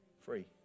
Free